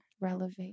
relevant